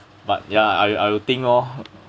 but ya I will I will think lor